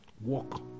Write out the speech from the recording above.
Walk